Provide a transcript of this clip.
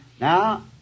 now